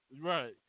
Right